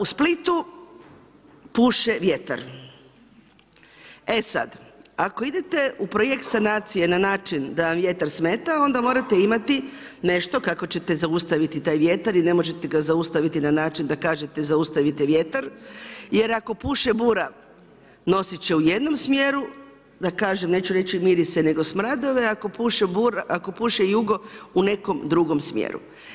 U Splitu pupe vjetar, e sad, ako idete u projekt sanacije na način da vam vjetar smeta, onda morate imati nešto kako ćete zaustaviti taj vjetar i ne možete ga zaustaviti na način da kažete „zaustavite vjetar“ jer ako puše bura, nosit će u jednom smjeru, neću reći mirise nego smradove, ako puše jugo, u nekom drugom smjeru.